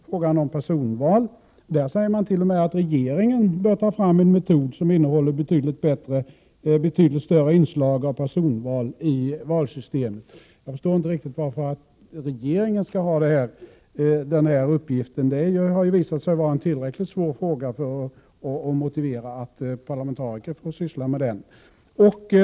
frågan om personval. Man sägert.o.m. att regeringen bör ta fram en metod som innehåller ett betydligt större inslag av personval i valsystemet. Jag förstår inte riktigt varför regeringen skall ha denna uppgift. Det har ju visat sig vara en tillräckligt svår fråga för att motivera att parlamentariker får syssla med den.